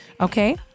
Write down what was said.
okay